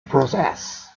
process